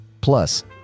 Plus